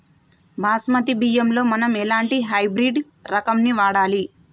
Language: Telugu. బాస్మతి బియ్యంలో మనం ఎలాంటి హైబ్రిడ్ రకం ని వాడాలి?